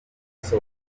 kenshi